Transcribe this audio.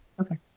Okay